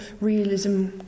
Realism